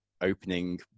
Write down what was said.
opening